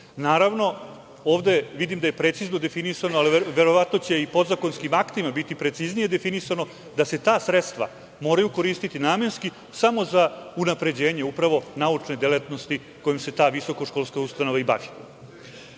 Naravno, ovde vidim da je precizno definisano, a verovatno će i podzakonskim aktima biti preciznije definisano da se ta sredstva moraju koristiti namenski, samo za unapređenje upravo naučne delatnosti kojim se ta visokoškolska ustanova i bavi. Ono